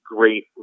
Great